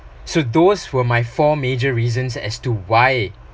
so those were my four major reasons as to why